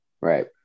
Right